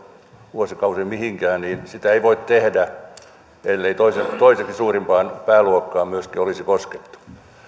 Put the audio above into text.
vuosikausiin mihinkään niin sitä ei olisi voinut tehdä ellei toiseksi suurimpaan pääluokkaan myöskin olisi koskettu